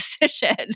decision